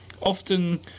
often